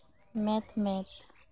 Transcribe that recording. ᱢᱮᱫ ᱢᱮᱫ